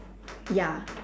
ya